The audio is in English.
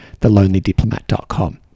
thelonelydiplomat.com